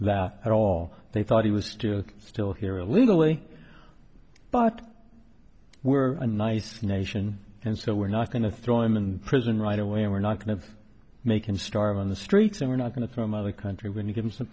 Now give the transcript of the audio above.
that at all they thought he was still here illegally but we're a nice nation and so we're not going to throw him in prison right away and we're not going to make him starve on the streets and we're not going to from our country when he comes t